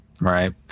right